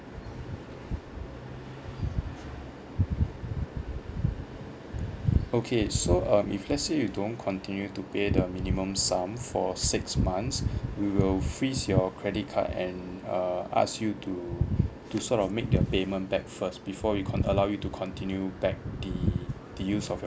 okay so um if let's say you don't continue to pay the minimum sum for six months we will freeze your credit card and err ask you to to sort of make your payment back first before we con~ allow you to continue back the the use of your